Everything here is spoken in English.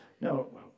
No